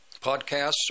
Podcasts